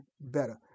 better